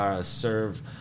serve